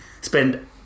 spend